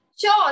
Sure